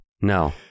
no